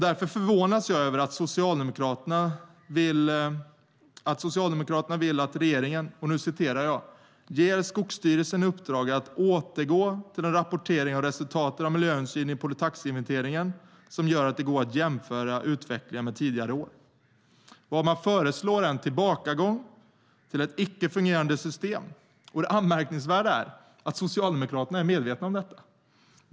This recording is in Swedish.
Därför förvånas jag över att Socialdemokraterna vill att regeringen ger "Skogsstyrelsen i uppdrag att återgå till en rapportering av resultatet av miljöhänsyn i polytaxinventeringen som gör att det går att jämföra utvecklingen med tidigare år". Vad man föreslår är en tillbaka gång till ett icke fungerade system, och det anmärkningsvärda är att Socialdemokraterna är medvetna om detta.